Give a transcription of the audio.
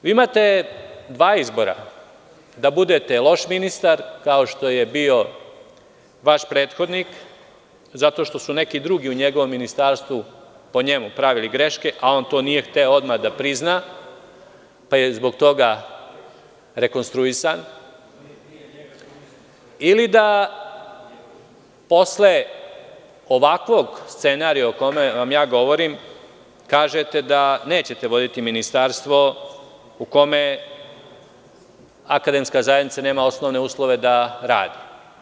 Vi imate dva izbora – da budete loš ministar, kao što je bio vaš prethodnik zato što su neki drugi u njegovom ministarstvu, po njemu, pravili greške, a on to nije hteo odmah da prizna, pa je zbog toga rekonstruisan, ili da posle ovakvog scenarija o kome vam ja govorim kažete da nećete voditi Ministarstvo u kome akademska zajednica nema osnovne uslove da radi.